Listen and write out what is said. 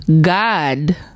God